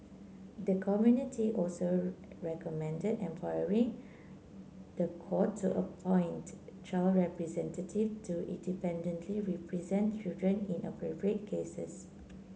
the committee also recommended empowering the court to appoint child representative to independently represent children in appropriate cases